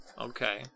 Okay